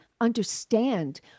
understand